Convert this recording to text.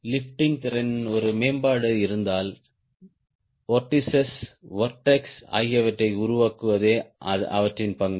lifting திறனில் ஒரு மேம்பாடு இருப்பதால் வொர்ட்டிஸ்ஸ் வொர்ட்டெஸ் ஆகியவற்றை உருவாக்குவதே அவற்றின் பங்கு